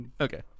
Okay